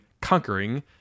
conquering